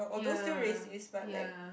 ya ya